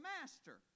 Master